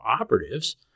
operatives